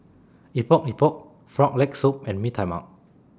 Epok Epok Frog Leg Soup and Mee Tai Mak